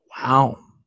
Wow